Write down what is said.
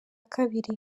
kabiri